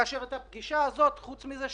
כאשר את הפגישה הזאת עושים בזום,